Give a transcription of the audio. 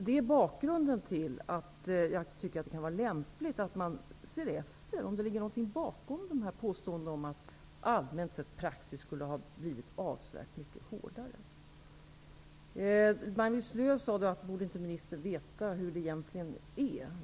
Det är bakgrunden till att jag tycker att det kan vara lämpligt att vi ser efter om det ligger något bakom dessa påstående om att praxis allmänt sett skulle ha blivit avsevärt mycket hårdare. Maj-Lis Lööw undrade om ministern inte borde veta hur det egentligen är.